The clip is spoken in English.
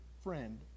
friend